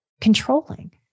controlling